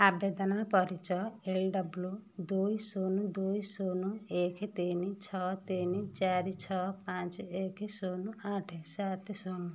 ଆବେଦନର ପରିଚୟ L W ଦୁଇ ଶୂନ ଦୁଇ ଶୂନ ଏକ ତିନି ଛଅ ତିନି ଚାରି ଛଅ ପାଞ୍ଚ ଏକ ଶୂନ ଆଠ ସାତ ଶୂନ